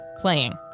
Playing